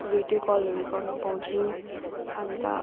video कलहरू गर्न पाउँछु अनि त